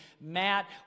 Matt